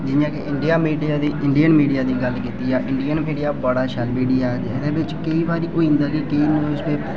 जि'यां कि Indian media Indian media दी गल्ल कीती जा इंडियन मीडिया बड़ा शैल मीडिया ऐ एह्दे च केईं बारी होई जंदा कि केईं न्यूज़ पेपर